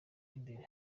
imbere